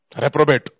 Reprobate